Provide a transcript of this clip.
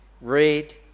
read